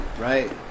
Right